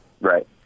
right